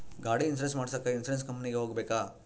ಗಾಡಿ ಇನ್ಸುರೆನ್ಸ್ ಮಾಡಸಾಕ ಇನ್ಸುರೆನ್ಸ್ ಕಂಪನಿಗೆ ಹೋಗಬೇಕಾ?